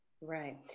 Right